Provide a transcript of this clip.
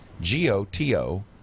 G-O-T-O